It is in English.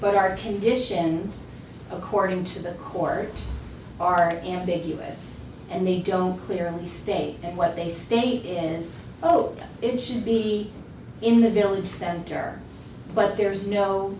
but are conditions according to the court are ambiguous and they don't clearly state that what they state is oh it should be in the village center but there is no